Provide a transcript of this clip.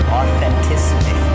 authenticity